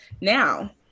Now